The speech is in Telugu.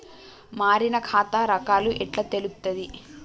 మారిన ఖాతా రకాలు ఎట్లా తెలుత్తది?